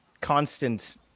constant